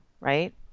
right